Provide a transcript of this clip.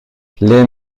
les